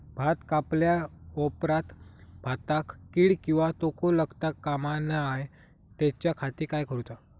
भात कापल्या ऑप्रात भाताक कीड किंवा तोको लगता काम नाय त्याच्या खाती काय करुचा?